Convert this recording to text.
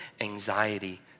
anxiety